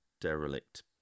derelict